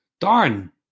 darn